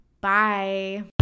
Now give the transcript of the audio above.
Bye